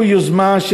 אומר,